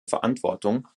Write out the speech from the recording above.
verantwortung